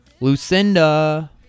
Lucinda